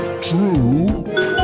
true